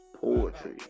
poetry